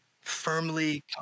firmly